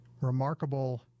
remarkable